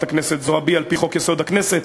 הכנסת זועבי על-פי חוק-יסוד: הכנסת,